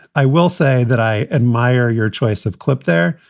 i will say that i admire your choice of clip there,